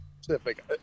specific